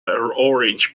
orange